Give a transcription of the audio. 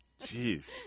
Jeez